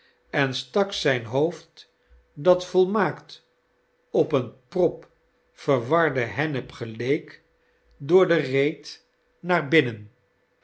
en stak zijn hoofd dat volmaakt op een prop verwarde hennip geleek door de reet naar bin